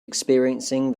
experiencing